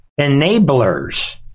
enablers